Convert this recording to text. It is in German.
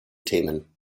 themen